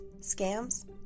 scams